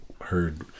heard